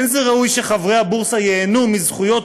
אין זה ראוי שחברי הבורסה ייהנו מזכויות